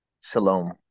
shalom